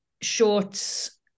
shorts